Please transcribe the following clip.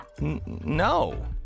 no